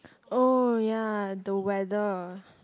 oh ya the weather